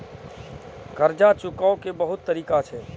कर्जा चुकाव के बहुत तरीका छै?